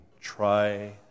try